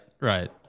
right